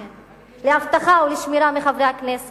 נא לסיים.